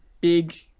big